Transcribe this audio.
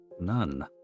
None